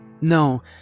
No